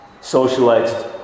socialized